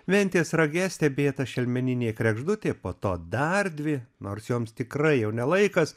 ventės rage stebėta šelmeninė kregždutė po to dar dvi nors joms tikrai jau ne laikas